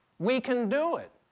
we can do it.